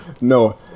no